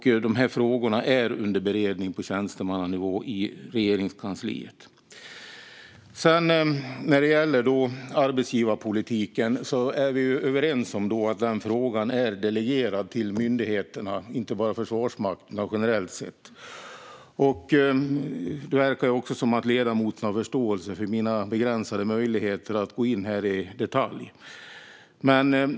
Dessa frågor är under beredning på tjänstemannanivå i Regeringskansliet. Vi är överens om att arbetsgivarfrågan är delegerad till myndigheterna, inte bara till Försvarsmakten utan generellt. Det verkar som att ledamoten har förståelse för mina begränsade möjligheter att gå in på det i detalj.